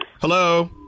Hello